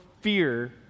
fear